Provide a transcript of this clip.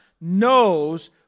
knows